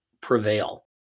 prevail